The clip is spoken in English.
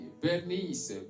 Bernice